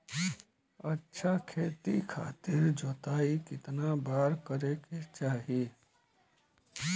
अच्छा खेती खातिर जोताई कितना बार करे के चाही?